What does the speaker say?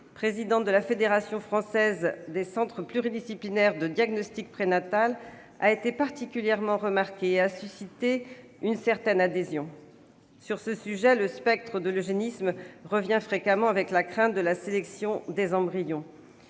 présidente de la Fédération française des centres pluridisciplinaires de diagnostic prénatal, a été particulièrement remarquée et a suscité une certaine adhésion. Sur ce sujet, le spectre de l'eugénisme revient fréquemment, avec la crainte de la sélection des embryons.